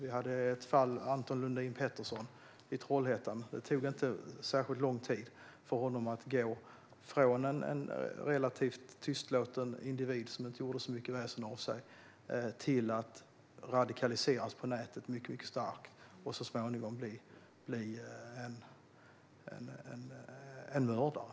I fallet Anton Lundin Pettersson i Trollhättan tog det inte särskilt lång tid för honom att gå från att vara en relativt tystlåten individ som inte gjorde så mycket väsen av sig till att radikaliseras mycket starkt på nätet och i slutändan bli en mördare.